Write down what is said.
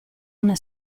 una